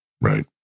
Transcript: Right